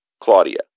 Claudia